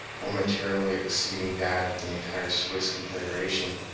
or materially exceeding that of the entire swiss confederation,